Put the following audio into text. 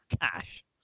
cash